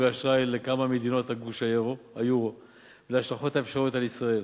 האשראי לכמה ממדינות גוש היורו ולהשלכות האפשריות על ישראל.